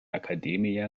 accademia